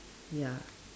ya